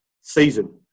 season